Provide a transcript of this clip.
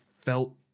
felt